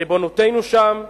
ריבונותנו שם,